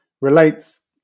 relates